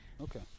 Okay